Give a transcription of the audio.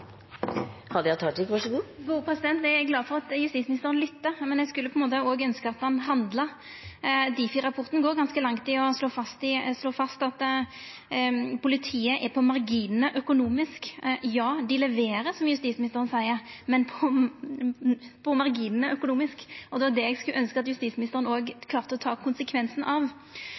Eg er glad for at justisministeren lyttar, men eg skulle på ein måte òg ønskja at han handla. Difi-rapporten går ganske langt i å slå fast at politiet er på marginane økonomisk. Ja, dei leverer, som justisministeren seier, men er på marginane økonomisk, og det er det eg skulle ønskja at justisministeren òg klarte å ta konsekvensen av.